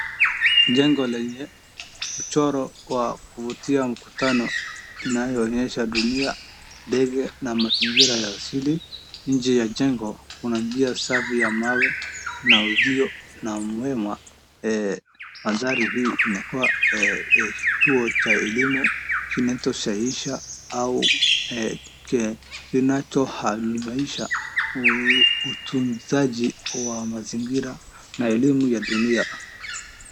Jengo lenye mchoro wa kuvutia mkutano inayoonyesha dunia, ndege na mazingira ya asili. Nje ya jengo kuna njia safi ya mawe na uzio. Maadhari haya yamekua kituo cha elimu kinachostahisha au kinachohanuisha utunzaji wa mazingira na elimu ya dunia.